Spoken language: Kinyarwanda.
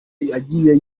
yagiye